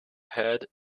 head